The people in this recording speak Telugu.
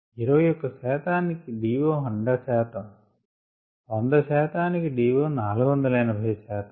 21 శాతానికి DO 100 శాతం 100 శాతానికి DO 480 శాతం